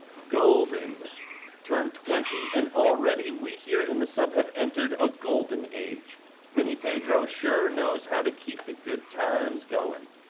golden turned twenty and already we here in the sub have entered a golden age mini pedro sure knows how to keep the good times going